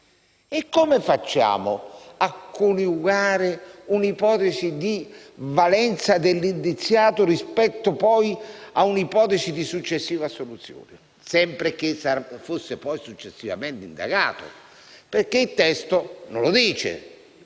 E come facciamo a coniugare un'ipotesi di valenza dell'indiziato rispetto a un'ipotesi di successiva assoluzione, sempre che fosse successivamente indagato? Il testo, infatti, non lo dice: